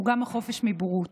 הוא גם החופש מבורות.